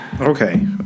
Okay